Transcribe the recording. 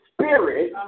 spirit